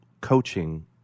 coaching